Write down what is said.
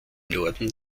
norden